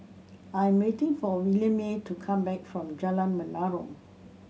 I am waiting for Williemae to come back from Jalan Menarong